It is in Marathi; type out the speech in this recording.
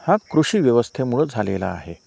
हा कृषीव्यवस्थेमुळं झालेला आहे